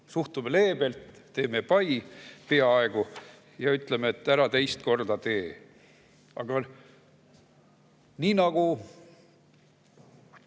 Suhtume leebelt, teeme peaaegu pai ja ütleme, et ära teist korda tee. Nii nagu